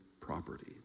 property